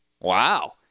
Wow